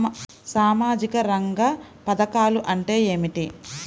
సామాజిక రంగ పధకాలు అంటే ఏమిటీ?